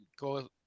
go